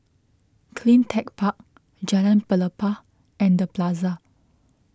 CleanTech Park Jalan Pelepah and the Plaza